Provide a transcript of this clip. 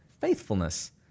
faithfulness